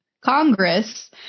Congress